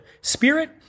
spirit